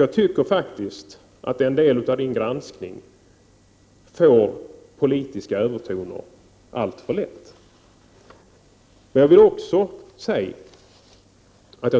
Jag tycker faktiskt att en del av Anders Björcks granskning får politiska övertoner alltför lätt. Men det är ändå enligt